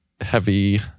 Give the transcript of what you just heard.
heavy